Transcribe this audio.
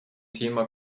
thema